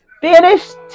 finished